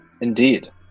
indeed